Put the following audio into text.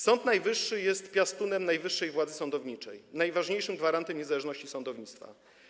Sąd Najwyższy jest piastunem najwyższej władzy sądowniczej, najważniejszym gwarantem niezależności sądownictwa.